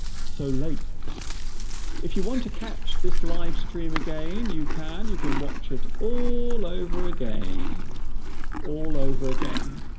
so late if you want to catch this live stream again you can you can watch it all over again all over again